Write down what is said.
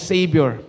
Savior